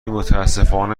متأسفانه